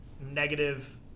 negative